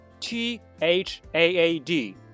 THAAD